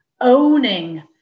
owning